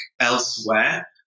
elsewhere